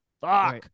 fuck